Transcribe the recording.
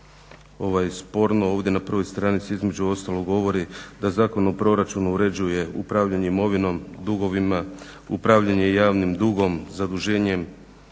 što je sporno. Ovdje na 1. stranici između ostalog govori da Zakon o proračunu uređuje upravljanje imovinom, dugovima, upravljanje javnim dugom, zaduženjem,